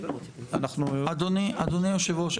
אנחנו --- אדוני יושב הראש,